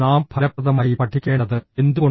നാം ഫലപ്രദമായി പഠിക്കേണ്ടത് എന്തുകൊണ്ട്